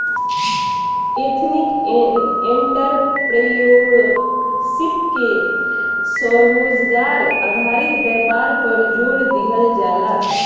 ethnic entrepreneurship में स्वरोजगार आधारित व्यापार पर जोड़ दीहल जाला